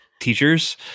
teachers